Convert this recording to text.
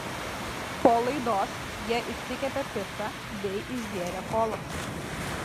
po laidos jie išsikepė picą bei išgėrė kolos